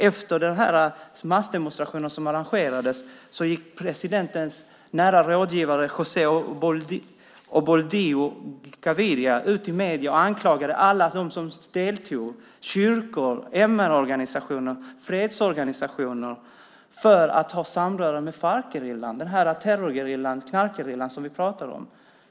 Efter den massdemonstration som arrangerades gick presidentens nära rådgivare José Obdulio Gaviria ut i medier och anklagade alla dem som deltog, kyrkor, MR-organisationer och fredsorganisationer, för att ha samröre med Farcgerillan, den terrorgerilla och knarkgerilla som vi pratar om.